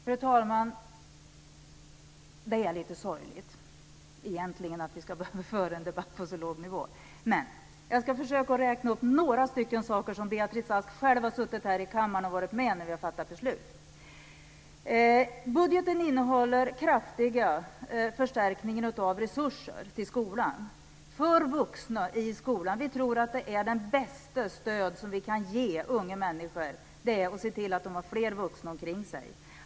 Fru talman! Det är egentligen lite sorgligt att vi ska behöva föra en debatt på så låg nivå. Jag ska försöka att räkna upp några saker som Beatrice Ask själv har varit med här i kammaren och fattat beslut om. Budgeten innehåller kraftiga förstärkningar av resurser till skolan för vuxna i skolan. Vi tror att det bästa stöd som vi kan ge unga människor är att se till att de har fler vuxna omkring sig.